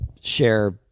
share